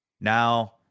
Now